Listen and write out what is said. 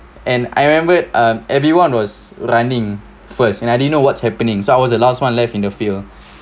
and I remember um everyone was running first and I didn't know what's happening so I was the last one left in the field